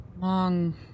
long